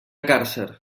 càrcer